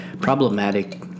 problematic